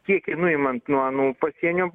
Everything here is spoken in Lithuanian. kiekį nuimant nuo anų pasienių